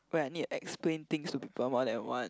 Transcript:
when I need to explain things to people more than one